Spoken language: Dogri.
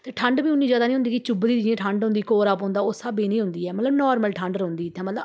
ठंड बी उ'न्नी जादा निं होंदी की चुभदी जेही ठंड होंदी कोहरा पौंदा उस स्हाबै दी निं होंदी ऐ मतलब नॉर्मल ठंड रौहंदी इ'त्थें